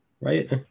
right